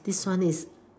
this one is